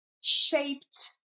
shaped